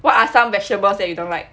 what are some vegetables that you don't like